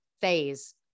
phase